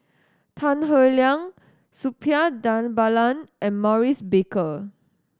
Tan Howe Liang Suppiah Dhanabalan and Maurice Baker